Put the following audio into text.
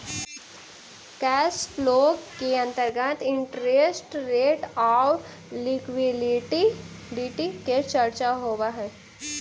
cash flow के अंतर्गत interest rate आउ लिक्विडिटी के चर्चा होवऽ हई